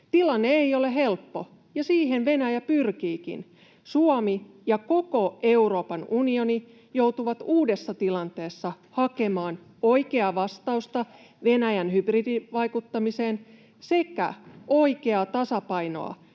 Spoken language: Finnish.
Tilanne ei ole helppo, ja siihen Venäjä pyrkiikin. Suomi ja koko Euroopan unioni joutuvat uudessa tilanteessa hakemaan oikeaa vastausta Venäjän hybridivaikuttamiseen ja oikeaa tasapainoa